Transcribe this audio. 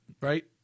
Right